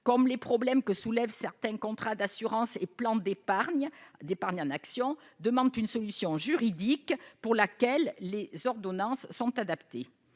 comme les problèmes que soulèvent certains contrats d'assurance et plans d'épargne en actions demandent une solution juridique pour laquelle les ordonnances sont adaptées.